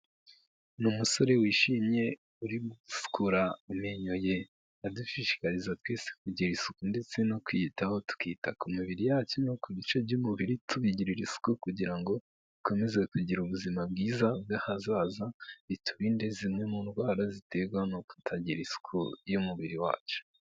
Ni umusore wishimye uri gusukura amenyo ye adushishikariza twese kugira isuku ndetse no kwiyitaho tukita ku mibiri yacu no ku bice by'umubiri tubigirira isuku kugira ngo dukomeze kugira ubuzima bwiza bw'ahazaza biturinde zimwe mu ndwara ziterwa no kutagira isuku y'umubiri wacu.